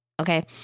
Okay